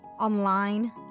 online